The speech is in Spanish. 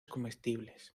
comestibles